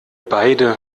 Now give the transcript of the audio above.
beide